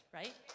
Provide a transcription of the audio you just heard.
right